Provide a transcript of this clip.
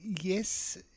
Yes